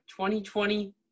2020